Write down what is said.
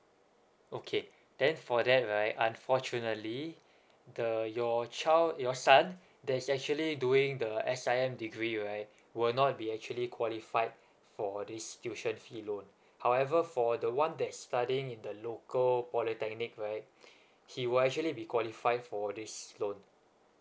okay then for that right unfortunately the your child your son that's actually doing the S_I_M degree right will not be actually qualified for this tuition fee loan however for the one that's studying in the local polytechnic right he will actually be qualified for this loan